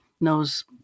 knows